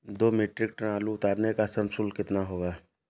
दो metric tonne आलू उतारने का श्रम शुल्क कितना होगा?